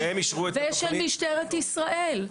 ושל משטרת ישראל.